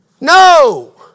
No